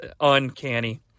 uncanny